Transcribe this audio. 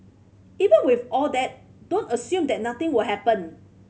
even with all that don't assume that nothing will happen